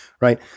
right